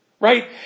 Right